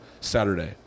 Saturday